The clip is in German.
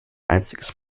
einziges